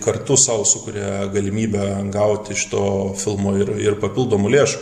kartu sau sukuria galimybę gaut iš to filmo ir ir papildomų lėšų